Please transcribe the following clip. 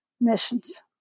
missions